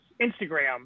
Instagram